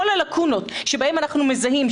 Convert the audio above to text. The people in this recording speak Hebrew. את כל הלקונות שבהן אנחנו מזהים,